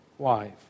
Wife